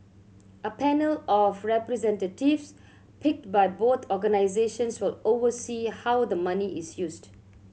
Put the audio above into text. a panel of representatives picked by both organisations will oversee how the money is used